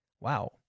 wow